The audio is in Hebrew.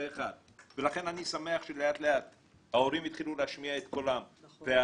אני שמח שלאט לאט ההורים התחילו להשמיע את קולם והאנשים